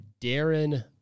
Darren